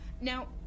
Now